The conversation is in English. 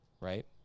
right